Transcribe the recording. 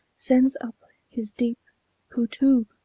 sends up his deep poo-toob!